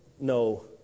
no